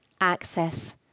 access